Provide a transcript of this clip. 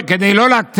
לא,